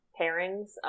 pairings